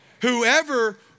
whoever